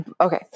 Okay